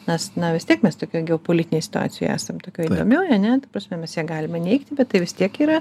nes na vis tiek mes tokioj geopolitinėj situacijoj esam tokioj įdomioj ane ta prasme mes ją galime neigti bet tai vis tiek yra